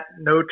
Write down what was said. no